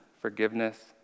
forgiveness